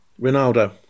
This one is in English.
Ronaldo